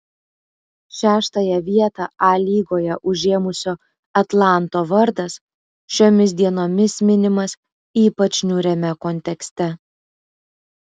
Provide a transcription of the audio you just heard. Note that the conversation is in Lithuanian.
šeštąją vietą a lygoje užėmusio atlanto vardas šiomis dienomis minimas ypač niūriame kontekste